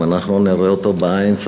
אם אנחנו נראה אותו בעין.